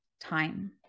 time